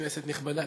כנסת נכבדה,